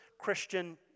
Christian